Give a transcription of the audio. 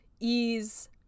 ease